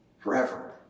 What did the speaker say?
forever